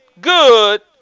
good